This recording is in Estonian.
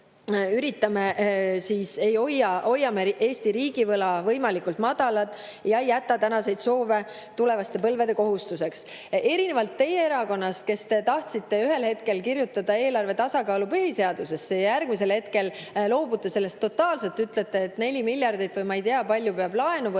üritame hoida Eesti riigi võla võimalikult madala ja ei jäta tänaseid soove tulevaste põlvede kohustuseks, erinevalt teie erakonnast, kes te tahtsite ühel hetkel kirjutada eelarve tasakaalu põhiseadusesse ja järgmisel hetkel loobusite sellest totaalselt, ütlesite, et 4 miljardit, või ma ei tea kui palju, peab laenu võtma.